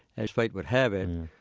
as fate would have it,